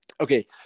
Okay